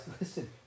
listen